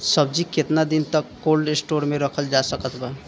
सब्जी केतना दिन तक कोल्ड स्टोर मे रखल जा सकत बा?